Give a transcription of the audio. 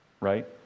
Right